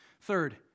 Third